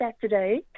Saturday